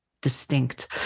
distinct